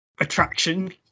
attraction